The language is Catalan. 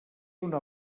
una